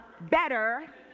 better